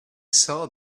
saw